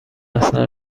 اصلا